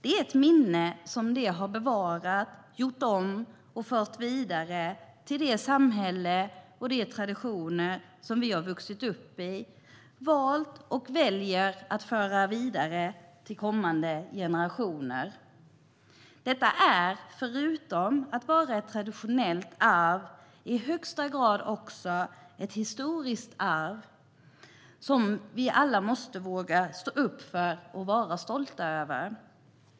Det är ett minne som de har bevarat, gjort om och fört vidare till det samhälle och de traditioner som vi har vuxit upp med, valt och väljer att föra vidare till kommande generationer. Detta är, förutom att vara ett traditionellt arv, i högsta grad också ett historiskt arv som vi alla måste våga stå upp för och vara stolta över.